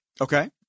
Okay